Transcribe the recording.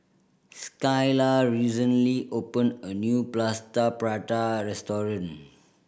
Skylar recently opened a new Plaster Prata restaurant